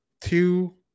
Two